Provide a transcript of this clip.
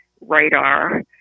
radar